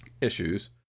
issues